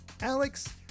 Alex